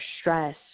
stress